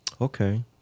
Okay